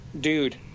dude